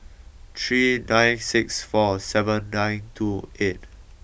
three nine six four seven nine two eight